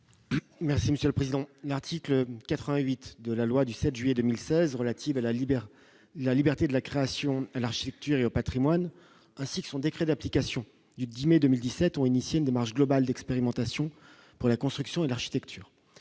Merci Monsieur le Président, l'article 88 de la loi du 7 juillet 2016 relative à la liberté, la liberté de la création à l'architecture et le Patrimoine ainsi que son décret d'application du 10 mai 2017 ont initié une démarche globale d'expérimentation pour la construction et l'architecture,